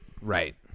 Right